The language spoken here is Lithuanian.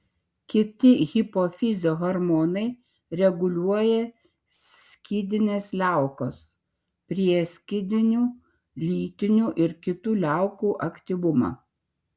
kiti hipofizio hormonai reguliuoja skydinės liaukos prieskydinių lytinių ir kitų liaukų aktyvumą